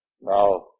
Now